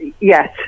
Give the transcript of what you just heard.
Yes